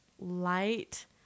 light